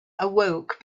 awoke